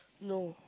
no